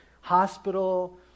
hospital